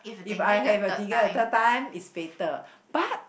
if I have the fever at third time is fatal but